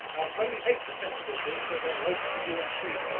only eight percent of people said ah lopes to ufc.